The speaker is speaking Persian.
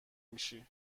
میشی